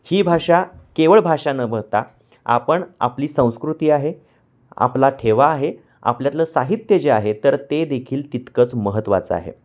ही भाषा केवळ भाषा न बनता आपण आपली संस्कृती आहे आपला ठेवा आहे आपल्यातलं साहित्य जे आहे तर ते देखील तितकंच महत्त्वाचं आहे